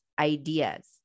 ideas